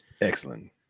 Excellent